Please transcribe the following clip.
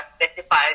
specify